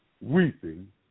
weeping